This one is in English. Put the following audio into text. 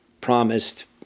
promised